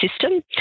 system